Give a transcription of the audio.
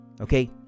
Okay